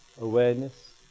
Awareness